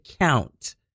count